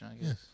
yes